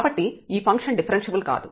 కాబట్టి ఈ function differentiable కాదు